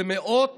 זה מאות